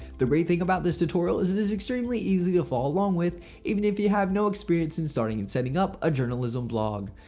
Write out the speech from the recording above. the great thing about this tutorial is it is extremely easy to follow along with even if you have no experience in starting and setting up a journalism blog.